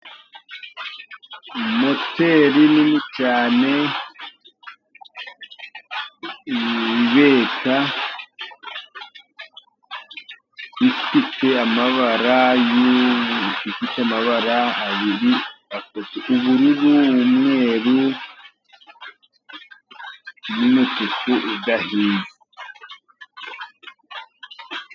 Moteri nini cyane ibeta, ifite amabara yi ifite amabara abiri ubururu, umweru n'umutuku idahinda.